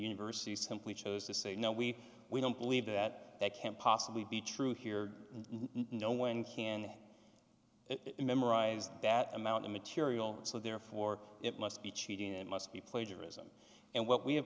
university simply chose to say no we don't believe that that can't possibly be true here and no one can it memorized that amount of material so therefore it must be cheating it must be plagiarism and what we have